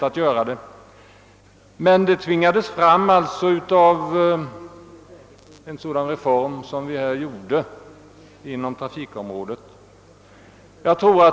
Det var medel som tvingades fram genom den reform vi genomförde på trafikens område.